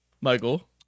Michael